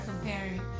comparing